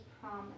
promise